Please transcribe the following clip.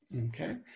okay